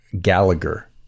Gallagher